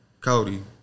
Cody